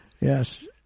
Yes